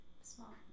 small